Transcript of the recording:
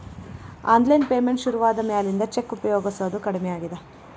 online payment ಶುರುವಾದ ಮ್ಯಾಲಿಂದ cheque ಉಪಯೊಗಸೋದ ಕಡಮಿ ಆಗೇದ